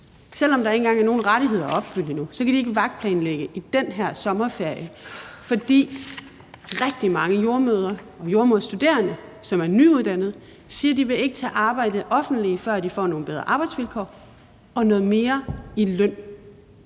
Selv om der ikke engang er nogen rettigheder at opfylde endnu, kan de ikke vagtplanlægge i den her sommerferie, fordi rigtig mange jordemødre og jordemoderstuderende, også nyuddannede, siger, at de ikke vil tage arbejde i det offentlige, før de får nogle bedre arbejdsvilkår og noget mere i løn.